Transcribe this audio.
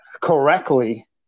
correctly